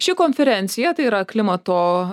ši konferencija tai yra klimato